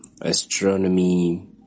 astronomy